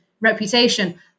reputation